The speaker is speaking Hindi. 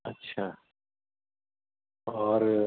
अच्छा और